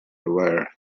wearer